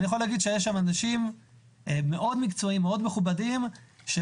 אני יכול להגיד שיש שם אנשים מקצועיים ומכובדים מאוד